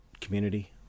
community